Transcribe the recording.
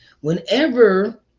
Whenever